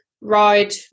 ride